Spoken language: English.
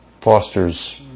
fosters